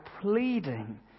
pleading